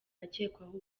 akekwaho